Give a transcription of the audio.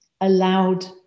allowed